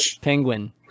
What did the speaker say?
Penguin